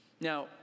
Now